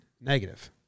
negative